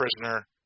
prisoner